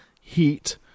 heat